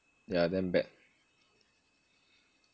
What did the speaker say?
yah damn bad